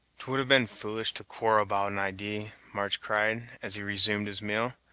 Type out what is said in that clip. t would have been foolish to quarrel about an idee, march cried, as he resumed his meal,